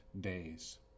days